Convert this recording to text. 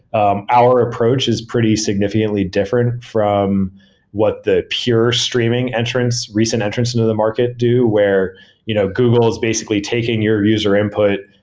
um our approach is pretty significantly different from what the pure streaming entrance, recent entrance into the market do, where you know google is basically taking your user input,